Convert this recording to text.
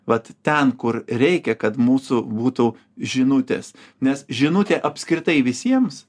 vat ten kur reikia kad mūsų būtų žinutės nes žinutė apskritai visiems